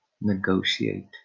negotiate